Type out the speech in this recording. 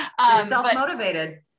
self-motivated